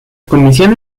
comisión